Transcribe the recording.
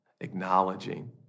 acknowledging